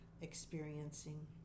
experiencing